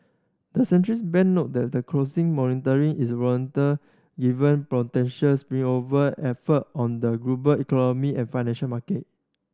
the centrals bank noted that the closing monitoring is warranted even potential spillover effect on the global economy and financial market